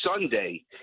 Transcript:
Sunday